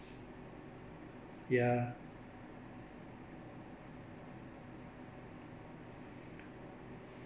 ya